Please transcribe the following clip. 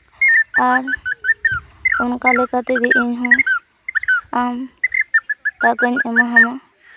ᱟᱨ ᱚᱱᱠᱟ ᱞᱮᱠᱟ ᱛᱮᱜᱮ ᱤᱧᱦᱚᱸ ᱟᱢ ᱴᱟᱠᱟᱧ ᱮᱢᱟᱢᱟ